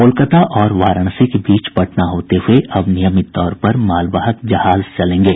कोलकाता और वाराणसी के बीच पटना होते हुये अब नियमित तौर पर मालवाहक जहाज चलेंगे